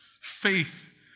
faith